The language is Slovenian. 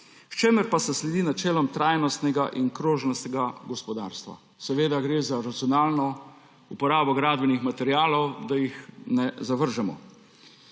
s čimer se sledi načelom trajnostnega in krožnostnega gospodarstva. Seveda gre za racionalno uporabo gradbenih materialov, da jih ne zavržemo.